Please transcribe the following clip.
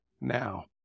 now